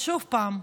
אז עוד פעם,